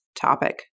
topic